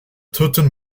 töten